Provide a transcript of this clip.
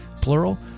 plural